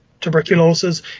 tuberculosis